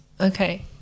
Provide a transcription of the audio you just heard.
Okay